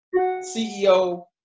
CEO